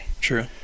true